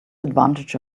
advantage